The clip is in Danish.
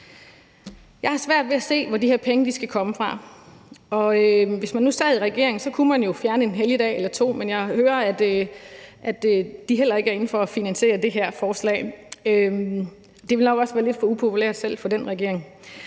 Jeg har svært ved at se, hvor de her penge skal komme fra. Hvis man nu sad i regering, kunne man jo fjerne en helligdag eller to, men jeg hører, at regeringen heller ikke går ind for at finansiere det her forslag. Det ville nok også være lidt for upopulært, selv for den regering.